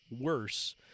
worse